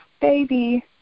baby